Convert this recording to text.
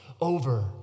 over